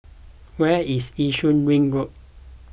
where is Yishun Ring Road